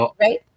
right